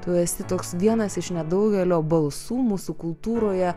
tu esi toks vienas iš nedaugelio balsų mūsų kultūroje